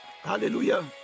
Hallelujah